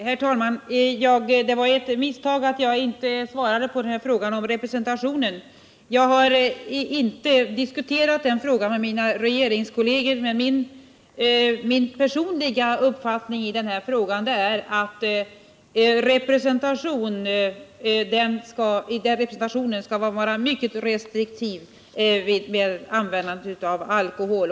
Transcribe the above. Herr talman! Det var ett misstag att jag inte svarade på frågan om representationen. Jag har inte diskuterat den frågan med mina regeringskolleger, men min personliga uppfattning i den frågan är att man vid representation skall vara mycket restriktiv med användandet av alkohol.